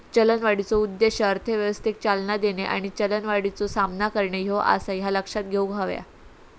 चलनवाढीचो उद्देश अर्थव्यवस्थेक चालना देणे आणि चलनवाढीचो सामना करणे ह्यो आसा, ह्या लक्षात घेऊक हव्या